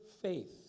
faith